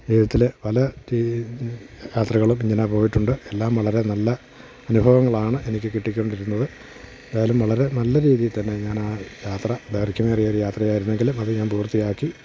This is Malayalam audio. ജീവിതത്തിൽ പല യാത്രകളും ഇങ്ങനെ പോയിട്ടുണ്ട് എല്ലാം വളരെ നല്ല അനുഭവങ്ങളാണ് എനിക്ക് കിട്ടിക്കൊണ്ടിരുന്നത് എന്തായാലും വളരെ നല്ല രീതിയിൽ തന്നെ ഞാൻ ആ യാത്ര ദൈർഘ്യമേറിയ ഒരു യാത്രയായിരുന്നെങ്കിലും അത് ഞാൻ പൂർത്തിയാക്കി